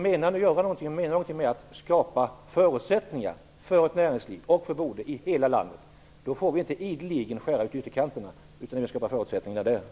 Menar vi någonting med talet om att skapa förutsättningar för näringsliv och boende i hela landet får vi inte ideligen skära ute i ytterkanterna, utan skapa förutsättningar även där.